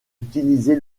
utiliser